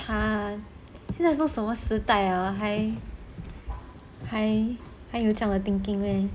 !huh! 现在都什么时代了还还有这样的 thinking meh